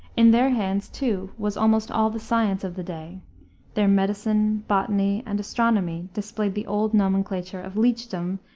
in their hands, too, was almost all the science of the day their medicine, botany, and astronomy displaced the old nomenclature of leechdom,